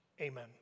Amen